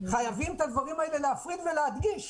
חייבים את הדברים האלה להפריד ולהדגיש